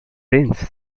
rains